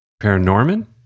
paranorman